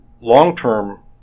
long-term